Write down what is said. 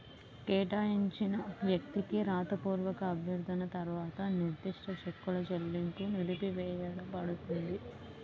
కేటాయించిన వ్యక్తికి రాతపూర్వక అభ్యర్థన తర్వాత నిర్దిష్ట చెక్కుల చెల్లింపు నిలిపివేయపడుతుంది